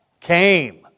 came